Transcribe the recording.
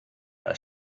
als